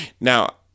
now